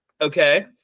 Okay